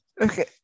Okay